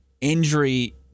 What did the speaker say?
injury